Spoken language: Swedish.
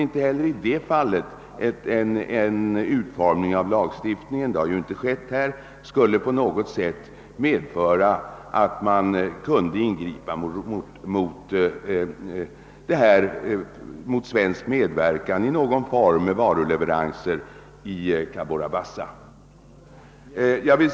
Jag tror inte att utformningen av lagstiftningen på något sätt kan medföra att man kan ingripa mot eventuell svensk medverkan i någon form med varuleveranser till Cabora Bassa.